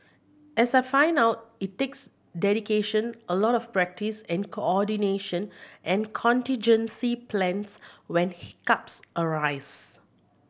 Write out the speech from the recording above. as I found out it takes dedication a lot of practice and coordination and contingency plans when hiccups arise